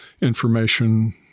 information